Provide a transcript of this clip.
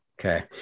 Okay